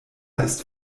ist